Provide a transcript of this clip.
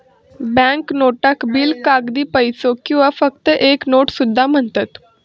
bank नोटाक bill, कागदी पैसो किंवा फक्त एक नोट सुद्धा म्हणतत